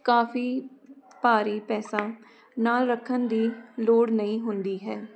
ਕਾਫੀ ਭਾਰੀ ਪੈਸਾ ਨਾਲ ਰੱਖਣ ਦੀ ਲੋੜ ਨਹੀਂ ਹੁੰਦੀ ਹੈ